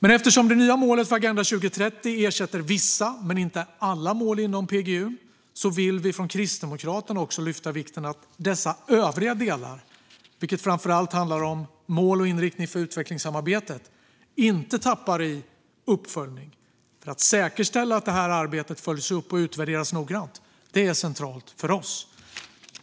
Eftersom det nya målet för Agenda 2030 ersätter vissa men inte alla mål inom PGU vill vi från Kristdemokraterna också lyfta upp vikten av att dessa övriga delar, framför allt mål och inriktning för utvecklingssamarbetet, inte tappar i fråga om uppföljning. Att säkerställa att detta arbete följs upp och utvärderas noggrant är centralt för oss.